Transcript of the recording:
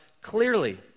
clearly